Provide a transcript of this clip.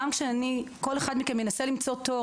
גם כשכל אחד מכם מנסה למצוא תור